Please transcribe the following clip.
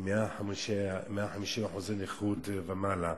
עם 150% נכות ומעלה.